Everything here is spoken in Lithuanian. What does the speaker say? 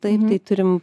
taip tai turim